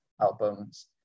albums